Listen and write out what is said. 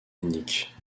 unique